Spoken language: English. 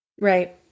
right